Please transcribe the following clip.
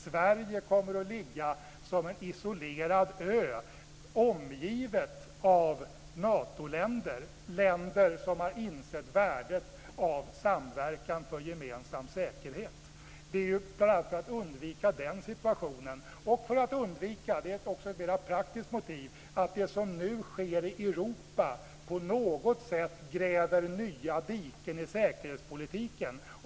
Sverige kommer att ligga som en isolerad ö, omgivet av Natoländer - länder som har insett värdet av samverkan för gemensam säkerhet. Den situationen bör undvikas. Det finns också ett mera praktiskt motiv, att det som nu sker i Europa så att säga gräver nya diken i säkerhetspolitiken.